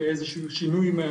כאיזשהו שינוי,